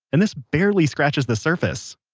and this barely scratches the surface